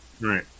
Right